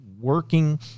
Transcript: working